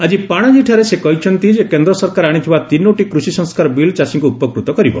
ଆଜି ପାଣାଜୀଠାରେ ସେ କହିଛନ୍ତି ଯେ କେନ୍ଦ୍ର ସରକାର ଆଣିଥିବା ତିନୋଟି କୃଷି ସଂସ୍କାର ବିଲ୍ ଚାଷୀଙ୍କୁ ଉପକୃତ କରିବ